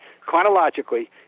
chronologically